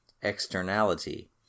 externality